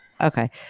Okay